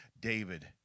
David